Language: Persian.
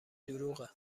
دروغه